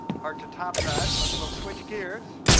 hard to top that, but we'll switch gears.